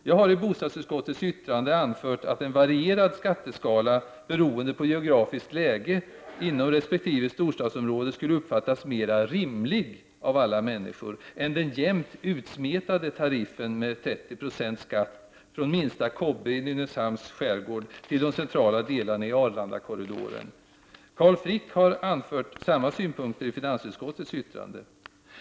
Jag har i bostadsutskottets yttrande anfört att en varierad skatteskala beroende på geografiskt läge inom resp. storstadsområde skulle uppfattas som mera rimlig av alla människor än den jämnt utsmetade tariffen med 30 90 skatt från minsta kobbe i Nynäshamns skärgård till de centrala delarna i Arlandakorridoren. Carl Frick har anfört samma synpunkter i finansutskottets yttrande.